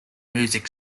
music